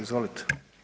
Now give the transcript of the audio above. Izvolite.